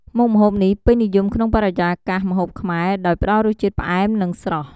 មុខម្ហូបនេះពេញនិយមក្នុងបរិយាកាសម្ហូបខ្មែរ ដោយផ្តល់រសជាតិផ្អែម និងស្រស់។